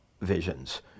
visions